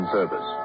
Service